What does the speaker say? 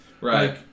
Right